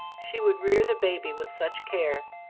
she would rear the baby with such care.